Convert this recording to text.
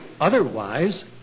Otherwise